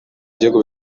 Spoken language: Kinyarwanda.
igihugu